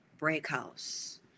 Breakhouse